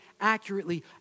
accurately